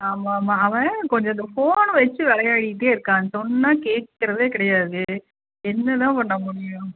ஆமாம் ஆமாம் அவன் கொஞ்சம் இந்த ஃபோன்னு வச்சு விளையாடிட்டே இருக்கான் சொன்னா கேட்கறதே கிடையாது என்ன தான் பண்ண முடியும்